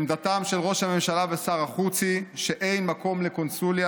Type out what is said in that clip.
עמדתם של ראש הממשלה ושר החוץ היא שאין מקום לקונסוליה